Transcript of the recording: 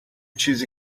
چیزی